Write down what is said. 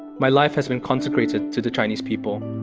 my life has been consecrated to the chinese people.